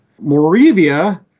Moravia